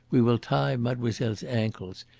we will tie mademoiselle's ankles,